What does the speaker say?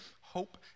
hope